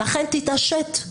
לכן תתעשת.